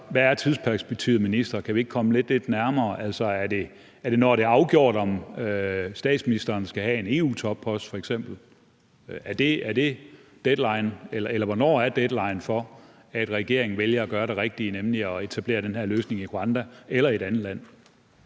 Hvad er tidsperspektivet, minister? Kan vi ikke komme det lidt nærmere? Er det, når det er afgjort, om statsministeren skal have en EU-toppost f.eks.? Er det deadline, eller hvornår er deadline for, at regeringen vælger at gøre det rigtige, nemlig at etablere den her løsning i Rwanda eller i et andet land?